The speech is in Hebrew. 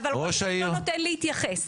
אבל ראש העיר לא נותן להתייחס.